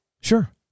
Sure